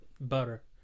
butter